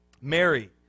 Mary